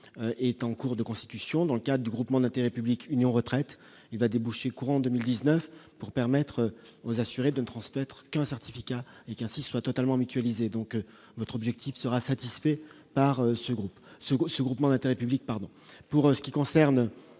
est en cours de constitution dans le cas du Groupement d'intérêt public Union retraites il va déboucher courant 2019 pour permettre aux assurés de ne transmettre qu'un certificat Ekinci ainsi soit totalement mutualisées donc votre objectif sera satisfait par ce groupe Cegos, ce groupement d'intérêt public, pardon pour ce qui concerne